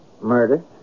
murder